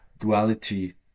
duality